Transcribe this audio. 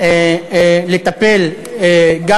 לטפל גם